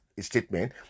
statement